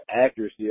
accuracy